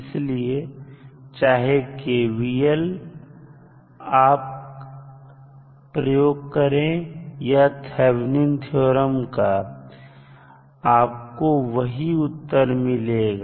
इसलिए चाहे KVL आप का प्रयोग करें या थैबनिन थ्योरम Thevenins theorem का आपको वही उत्तर मिलेगा